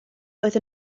oedd